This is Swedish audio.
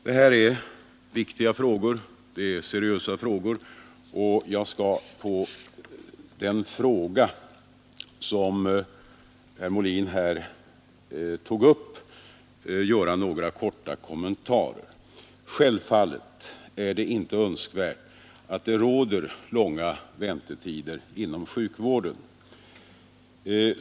Detta är viktiga och seriösa frågor, och jag skall göra några korta kommentarer till vad herr Molin här tog upp. Självfallet är det inte önskvärt att det råder långa väntetider inom sjukvården.